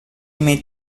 made